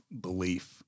belief